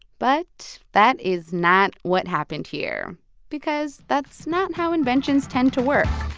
but that is not what happened here because that's not how inventions tend to work.